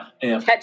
catch